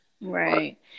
Right